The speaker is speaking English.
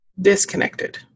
Disconnected